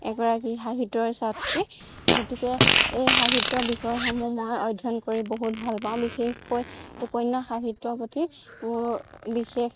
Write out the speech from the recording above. এগৰাকী সাহিত্যৰে ছাত্ৰী গতিকে এই সাহিত্য বিষয়সমূহ মই অধ্যয়ন কৰি বহুত ভাল পাওঁ বিশেষকৈ উপন্যাস সাহিত্যৰ প্ৰতি মোৰ বিশেষ